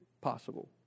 possible